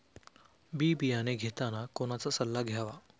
बी बियाणे घेताना कोणाचा सल्ला घ्यावा?